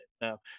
Now